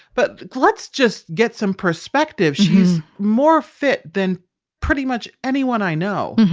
but let's just get some perspective. she's more fit than pretty much anyone i know.